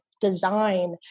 design